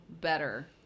better